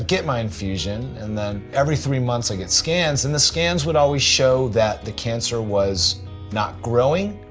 get my infusion, and then every three months i get scans. and the scans would always show that the cancer was not growing.